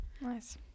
Nice